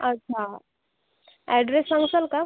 अच्छा ॲड्रेस सांगाल का